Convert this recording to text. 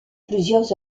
plusieurs